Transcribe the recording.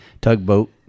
tugboat